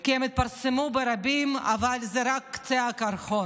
כי הם התפרסמו ברבים, אבל זה רק קצה הקרחון.